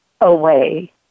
away